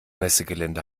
messegelände